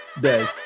day